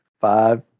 five